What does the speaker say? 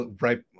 right